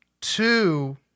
Two